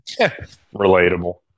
Relatable